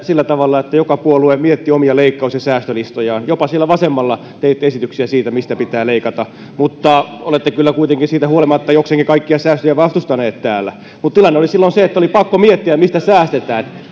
sillä tavalla että joka puolue mietti omia leikkaus ja säästölistojaan jopa siellä vasemmalla teitte esityksiä siitä mistä pitää leikata mutta olette kyllä siitä huolimatta jokseenkin kaikkia säästöjä vastustaneet täällä mutta tilanne oli silloin se että oli pakko miettiä mistä säästetään